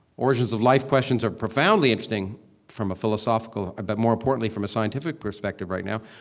origins of life questions are profoundly interesting from a philosophical, but more importantly, from a scientific perspective right now.